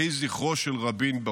יהי זכרו של רבין ברוך.